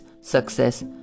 success